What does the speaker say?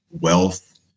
wealth